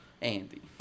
Andy